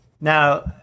now